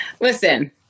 Listen